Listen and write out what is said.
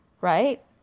right